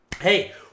Hey